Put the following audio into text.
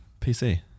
PC